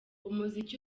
umuziki